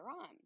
on